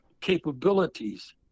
capabilities